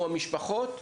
או המשפחות,